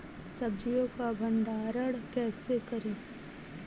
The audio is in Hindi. सब्जियों का भंडारण कैसे करें?